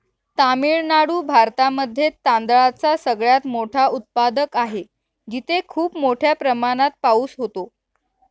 तामिळनाडू भारतामध्ये तांदळाचा सगळ्यात मोठा उत्पादक आहे, तिथे खूप मोठ्या प्रमाणात पाऊस होतो